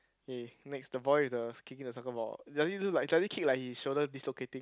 eh next the boy with the kicking the soccer ball does he look like does he kick like his shoulder dislocating